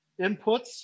inputs